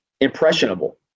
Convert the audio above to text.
impressionable